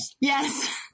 Yes